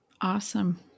Awesome